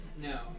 no